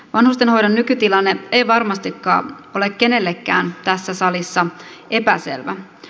vanhustenhoidon nykytilanne ei varmastikaan ole kenellekään tässä salissa epäselvä